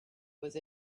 with